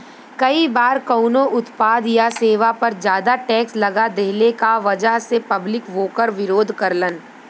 कई बार कउनो उत्पाद या सेवा पर जादा टैक्स लगा देहले क वजह से पब्लिक वोकर विरोध करलन